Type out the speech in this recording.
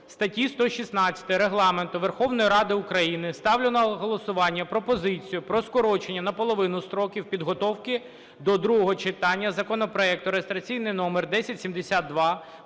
статті 116 Регламенту Верховної Ради України ставлю на голосування пропозицію про скорочення на половину строків підготовки до другого читання законопроекту (реєстраційний номер 1072)